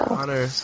honor